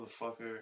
Motherfucker